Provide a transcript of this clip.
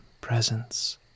presence